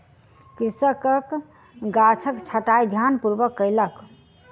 कृषक गाछक छंटाई ध्यानपूर्वक कयलक